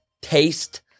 taste